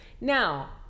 Now